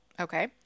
Okay